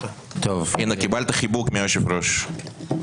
הנה, קיבלת חיבוק מהיושב ראש.